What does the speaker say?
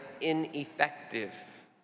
ineffective